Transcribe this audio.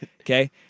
Okay